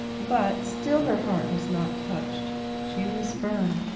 but still her heart was not touched she was firm.